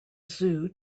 zoo